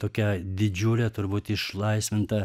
tokia didžiulė turbūt išlaisvinta